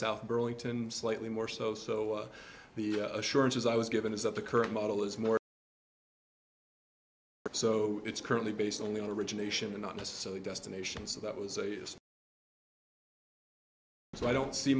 south burlington slightly more so so the assurances i was given is that the current model is more so it's currently based only on origination and not necessarily destination so that was a so i don't see